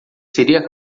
seria